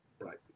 Right